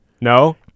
No